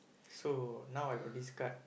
so now I got this card